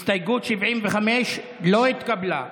הסתייגות 75 לא התקבלה.